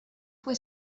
fue